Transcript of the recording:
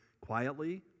quietly